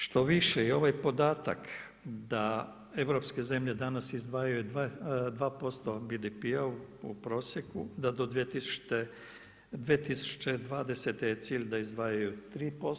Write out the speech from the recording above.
Štoviše i ovaj podatak da europske zemlje danas izdvajaju 2% BDP-a u prosjeku, da do 2020. je cilj da izdvajaju 3%